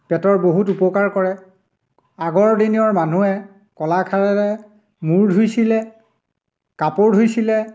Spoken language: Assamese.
পেটৰ বহুত উপকাৰ কৰে আগৰ দিনৰ মানুহে কলাখাৰেৰে মূৰ ধুইছিলে কাপোৰ ধুইছিলে